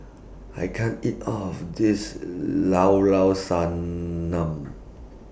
I can't eat All of This Llao Llao Sanum